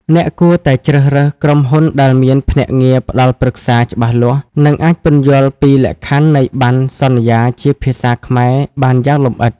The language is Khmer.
អ្នកគួរតែជ្រើសរើសក្រុមហ៊ុនដែលមាន ភ្នាក់ងារផ្ដល់ប្រឹក្សា ច្បាស់លាស់ និងអាចពន្យល់ពីលក្ខខណ្ឌនៃបណ្ណសន្យាជាភាសាខ្មែរបានយ៉ាងលម្អិត។